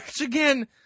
again